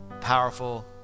powerful